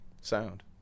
Sound